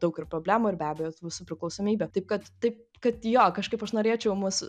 daug ir problemų ir be abejo visų priklausomybė taip kad taip kad jo kažkaip aš norėčiau mus